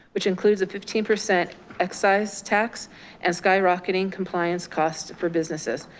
which includes a fifteen percent excise tax and skyrocketing compliance costs for businesses.